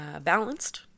balanced